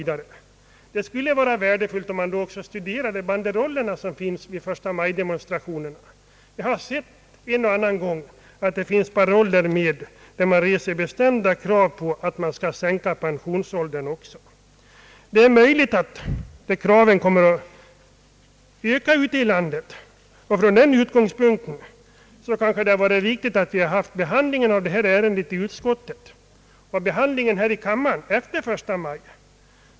Det skulle vara värdefullt om man då också studerade banderollerna i förstamajdemonstrationerna. Jag har sett en och annan gång att det finns paroller, där man reser bestämda krav på att pensionsåldern skall sänkas. Det är troligt att dessa krav kommer att öka i landet, och från den utgångspunkten kanske det hade varit riktigt att detta ärende behandlats i utskottet och kammaren efter den 1 maj.